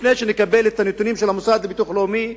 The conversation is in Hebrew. לפני שנקבל את הנתונים של המוסד לביטוח לאומי,